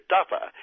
Duffer